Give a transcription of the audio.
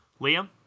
Liam